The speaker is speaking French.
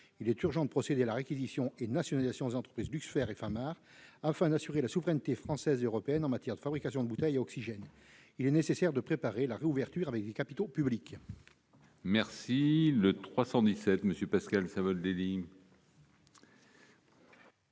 Il est urgent de procéder à la réquisition et à la nationalisation des entreprises Luxfer et Famar, afin d'assurer la souveraineté française et européenne en matière de fabrication de bouteilles d'oxygène. Il est nécessaire de préparer leur réouverture avec des capitaux publics. La parole est à M. Pascal Savoldelli,